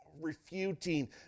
refuting